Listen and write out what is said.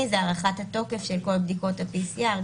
זה הארכת התוקף של כל בדיקות ה-PCR,